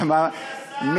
אדוני השר,